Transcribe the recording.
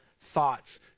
thoughts